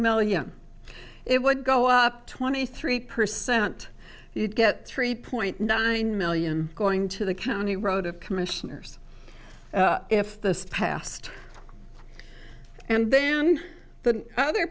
million it would go up twenty three percent you'd get three point nine million going to the county road of commissioners if the past and then the other